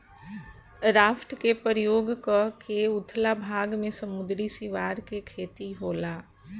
raft के प्रयोग क के उथला भाग में समुंद्री सिवार के खेती होला